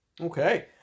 okay